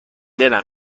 دلم